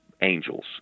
angels